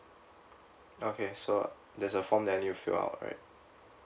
okay so there's a form that I need to fill up right